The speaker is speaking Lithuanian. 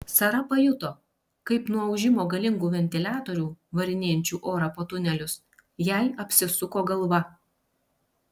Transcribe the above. sara pajuto kaip nuo ūžimo galingų ventiliatorių varinėjančių orą po tunelius jai apsisuko galva